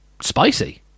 spicy